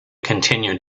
continue